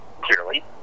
clearly